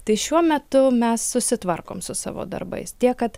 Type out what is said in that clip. tai šiuo metu mes susitvarkom su savo darbais tiek kad